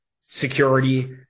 security